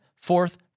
Fourth